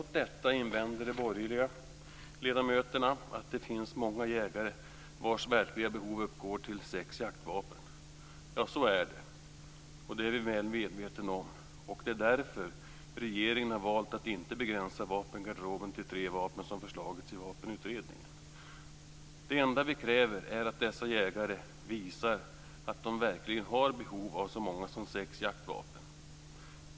Mot detta invänder de borgerliga ledamöterna med att det finns många jägare vars verkliga behov uppgår till sex jaktvapen. Ja, så är det, och det är regeringen medveten om. Det är därför regeringen valt att inte begränsa vapengarderoben till tre vapen, som föreslagits i Vapenutredningen. Det enda vi kräver är att dessa jägare visar att de verkligen har behov av så många som sex jaktvapen.